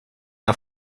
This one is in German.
der